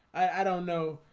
i don't know